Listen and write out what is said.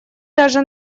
даже